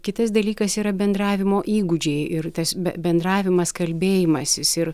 kitas dalykas yra bendravimo įgūdžiai ir tas be bendravimas kalbėjimasis ir